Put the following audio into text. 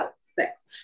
sex